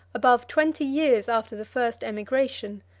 above twenty years after the first emigration,